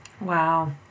Wow